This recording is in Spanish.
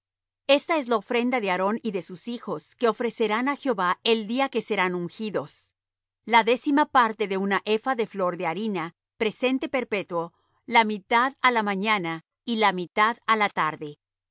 esta es la ofrenda de aarón y de sus hijos que ofrecerán á jehová el día que serán ungidos la décima parte de un epha de flor de harina presente perpetuo la mitad á la mañana y la mitad á la tarde